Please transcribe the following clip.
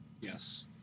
Yes